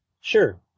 Sure